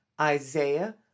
Isaiah